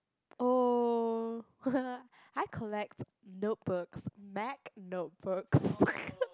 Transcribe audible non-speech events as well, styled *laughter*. oh *laughs* I collect notebooks mac notebooks